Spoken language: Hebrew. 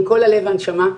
עם כל הלב והנשמה,